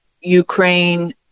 Ukraine